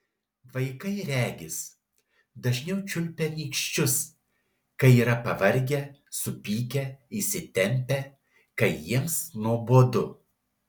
vaikai regis dažniau čiulpia nykščius kai yra pavargę supykę įsitempę kai jiems nuobodu